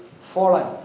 fallen